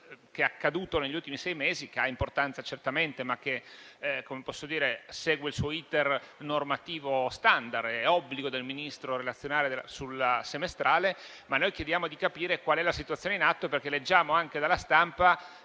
che è accaduto negli ultimi sei mesi, che ha certamente importanza, ma segue il suo *iter* normativo *standard*, perché è obbligo del Ministro relazionare sulla semestrale. Noi chiediamo di capire qual è la situazione in atto, perché leggiamo anche dalla stampa